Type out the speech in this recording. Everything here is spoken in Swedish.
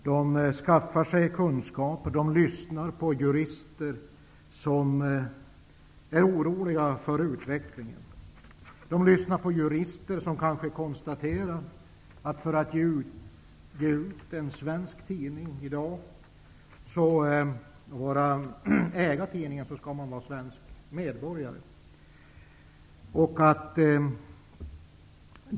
Man skaffar sig kunskaper och lyssnar på jurister som är oroliga för utvecklingen. Man lyssnar på jurister som säger att man för att få äga en svensk tidning i dag måste vara svensk medborgare.